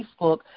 Facebook